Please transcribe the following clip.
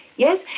Yes